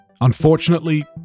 unfortunately